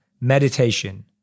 meditation